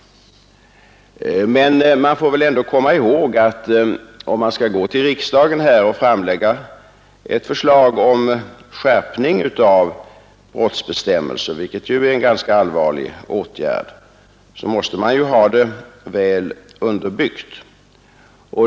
Om man skall inför riksdagen lägga fram förslag om skärpning av straffbestämmelser, vilket är en ganska allvarlig åtgärd, måste ett sådant förslag vara väl underbyggt.